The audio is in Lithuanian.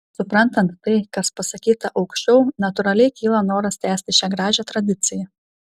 suprantant tai kas pasakyta aukščiau natūraliai kyla noras tęsti šią gražią tradiciją